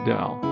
Dell